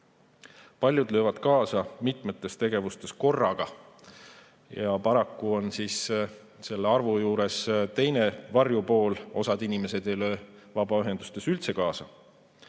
Paljud löövad kaasa mitmes tegevuses korraga. Ja paraku on selle arvu juures teine, varjupool: osa inimesi ei löö üldse vabaühendustes kaasa.